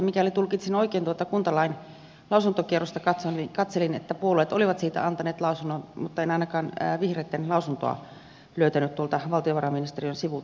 mikäli tulkitsin oikein tuota kuntalain lausuntokierrosta katselin että puolueet olivat siitä antaneet lausunnon mutta en ainakaan vihreitten lausuntoa löytänyt tuolta valtiovarainministeriön sivulta